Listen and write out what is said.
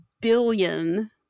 billion